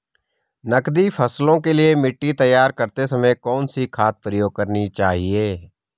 नकदी फसलों के लिए मिट्टी तैयार करते समय कौन सी खाद प्रयोग करनी चाहिए?